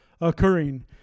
occurring